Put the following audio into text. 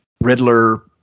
Riddler